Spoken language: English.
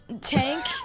Tank